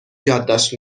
یادداشت